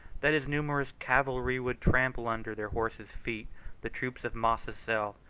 that his numerous cavalry would trample under their horses' feet the troops of mascezel,